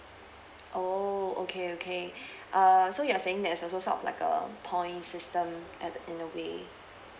oh okay okay err so you're saying there's also sort of like a points system at in a way